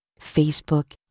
Facebook